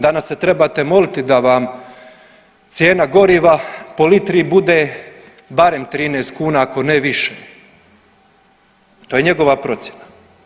Danas se trebate moliti da vam cijena goriva po litri bude barem 13 kuna ako ne više, to je njegova procjena.